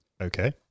Okay